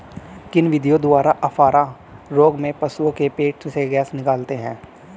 किन विधियों द्वारा अफारा रोग में पशुओं के पेट से गैस निकालते हैं?